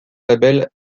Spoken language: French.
label